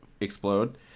explode